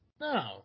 No